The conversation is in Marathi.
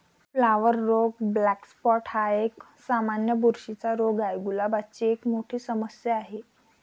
फ्लॉवर रोग ब्लॅक स्पॉट हा एक, सामान्य बुरशीचा रोग आहे, गुलाबाची एक मोठी समस्या आहे